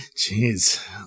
Jeez